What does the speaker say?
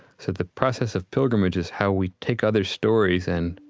so the process of pilgrimage is how we take other stories and,